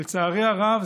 לצערי הרב,